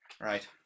right